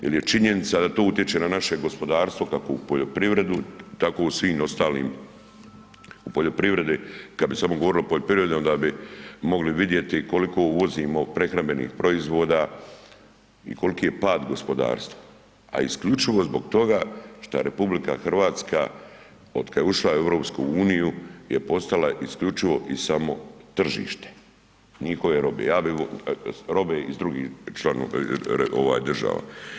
Jel je činjenica da to utječe na naše gospodarstvo kako u poljoprivredu tako u svim ostalim, u poljoprivredi kad bi samo govorili o poljoprivredi onda bi mogli vidjeti koliko uvozimo prehrambenih proizvoda i koliki je pad gospodarstva, a isključivo zbog toga šta RH od kad je ušla u EU je postala isključivo i samo tržište njihove robe, robe iz drugih članova, ovaj država.